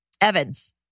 Evans